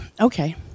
okay